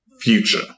future